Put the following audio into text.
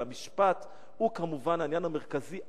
אבל המשפט הוא כמובן העניין המרכזי,